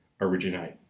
originate